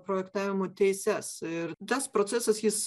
projektavimo teises ir tas procesas jis